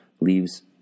leaves